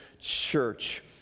church